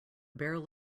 barrel